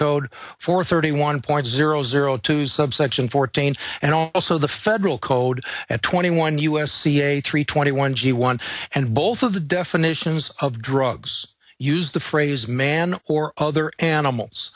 code for thirty one point zero zero two subsection fourteen and also the federal code at twenty one us ca three twenty one g one and both of the definitions of drugs use the phrase man or other animals